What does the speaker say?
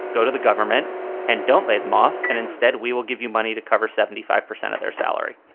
go to the government and don't lay them off. and instead, we will give you money to cover seventy five percent of their salary,